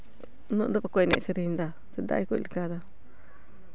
ᱩᱱᱟᱹᱜ ᱫᱚ ᱵᱟᱠᱚ ᱮᱱᱮᱡ ᱥᱮᱨᱮᱧ ᱮᱫᱟ ᱥᱮᱫᱟᱭ ᱠᱚ ᱞᱮᱠᱟ ᱫᱚ